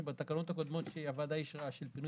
שבתקנות הקודמות שהוועדה אישרה של פינוי